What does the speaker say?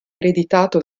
ereditato